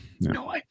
No